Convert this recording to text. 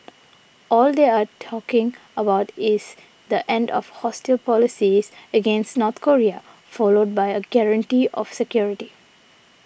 all they are talking about is the end of hostile policies against North Korea followed by a guarantee of security